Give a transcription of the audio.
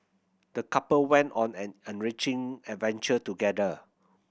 the couple went on an enriching adventure together